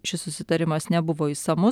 šis susitarimas nebuvo išsamus